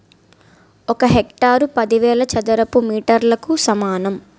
ఒక హెక్టారు పదివేల చదరపు మీటర్లకు సమానం